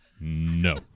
No